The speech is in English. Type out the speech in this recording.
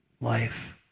life